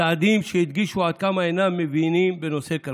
צעדים שהדגישו עד כמה הם אינם מבינים בנושאי כלכלה.